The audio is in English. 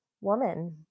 woman